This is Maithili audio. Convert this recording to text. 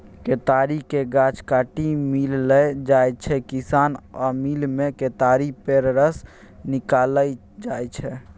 केतारीक गाछ काटि मिल लए जाइ छै किसान आ मिलमे केतारी पेर रस निकालल जाइ छै